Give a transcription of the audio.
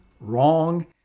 wrong